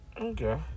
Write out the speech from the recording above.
Okay